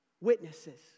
witnesses